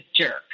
jerk